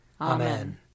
Amen